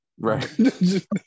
Right